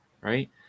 right